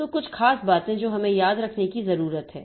तो कुछ खास बातें जो हमें याद रखने की जरूरत है